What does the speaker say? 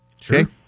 Sure